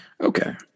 Okay